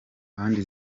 ahandi